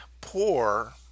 poor